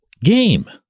game